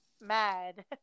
mad